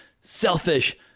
selfish